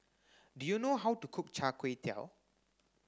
Do you know how to cook Char Kway Teow